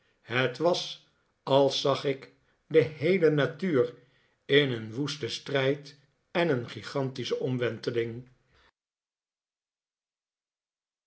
het was als zag ik de heele natuur in een woesten strijd en een gigantische omwenteling